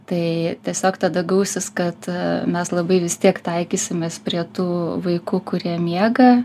tai tiesiog tada gausis kad mes labai vis tiek taikysimės prie tų vaikų kurie miega